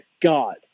God